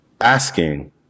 asking